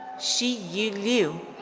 shi yu liu.